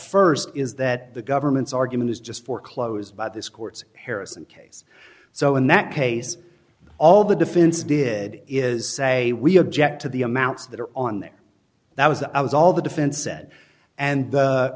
first is that the government's argument is just foreclosed by this court's harrison case so in that case all the defense did is say we object to the amounts that are on there that was i was all the defense said and